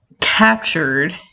captured